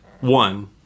one